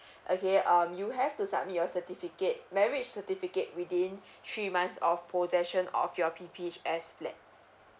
okay um you have to submit your certificate marriage certificate within three months of possession of your P_P_H_S plan